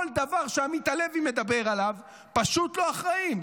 כל דבר שעמית הלוי מדבר עליו, פשוט לא אחראים.